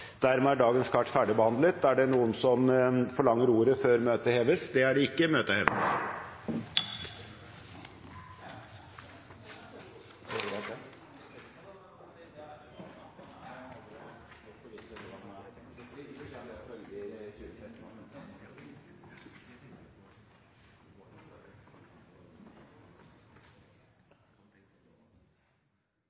dagens kart ferdigbehandlet. Forlanger noen ordet før møtet heves? – Møtet